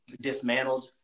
dismantled